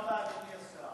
בעיה.